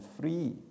free